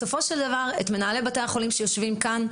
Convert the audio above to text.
בסופו של דבר מנהלי בתי החולים יושבים כאן,